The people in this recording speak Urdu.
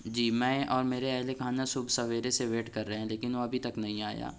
جی میں اور میرے اہل خانہ صبح سویرے سے ویٹ کر رہے ہیں لیکن وہ ابھی تک نہیں آیا